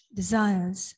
desires